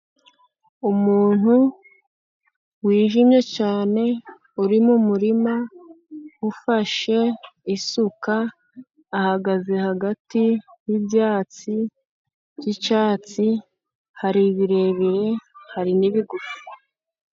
Umuntu wijimye cyane uri mu murima, ufashe isuka ahagaze hagati y'ibyatsi by'icyatsi hari ibirebire, hari n'ibigufi.